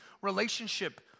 relationship